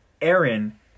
Aaron